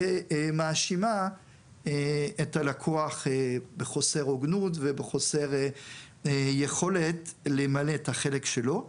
ומאשימה את הלקוח בחוסר הוגנות ובחוסר יכולת למלא את החלק שלו.